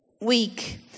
week